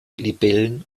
libellen